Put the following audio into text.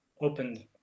opened